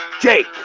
Jake